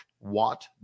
Watt